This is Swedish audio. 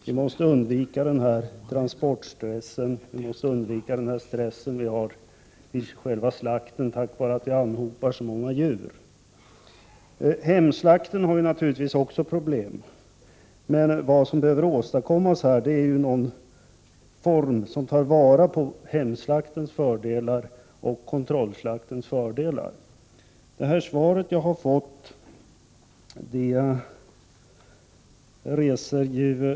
Vi måste således undvika transportstressen och den stress som förekommer vid själva slakten som en följd av den stora anhopningen av djur. När det gäller hemslakten har man naturligtvis också problem. Men vad som behöver åstadkommas här är någon form av tillvaratagande av fördelarna med hemslakt och kontrollslakt. Det svar som jag nu har fått är sådant att det skulle kunna resas många — Prot.